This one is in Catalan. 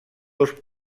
dos